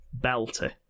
belter